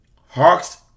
Hawks